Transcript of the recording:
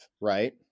right